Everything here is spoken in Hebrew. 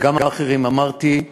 וגם אחרים, אמרתי: